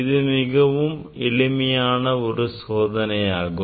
இது மிகவும் எளிமையான ஒரு சோதனையாகும்